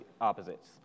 opposites